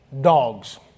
dogs